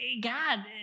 God